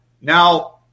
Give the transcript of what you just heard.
now